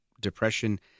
depression